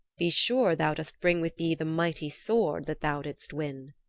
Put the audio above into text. be sure thou dost bring with thee the mighty sword that thou didst win.